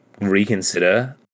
reconsider